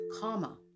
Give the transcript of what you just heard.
karma